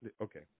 okay